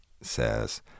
says